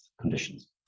conditions